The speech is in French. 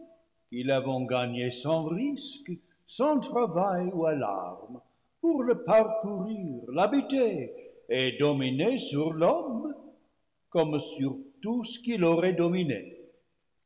l'a vons gagné sans risque sans travail ou alarmes pour le par courir l'habiter et dominer sur l'homme comme sur tout ce qu'il aurait dominé